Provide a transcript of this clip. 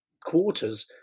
quarters